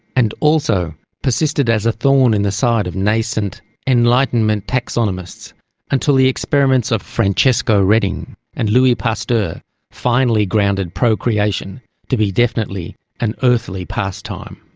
and also persisted as a thorn in the side of nascent enlightenment taxonomists until the experiments of francesco redi and louis pasteur finally grounded procreation to be definitely an earthly pastime.